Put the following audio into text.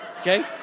Okay